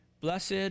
blessed